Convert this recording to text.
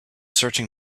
searching